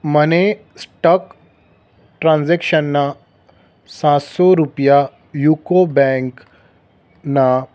મને સ્ટોક ટ્રાન્ઝેક્શનના સાતસો રૂપિયા યુકો બેંકના